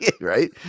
right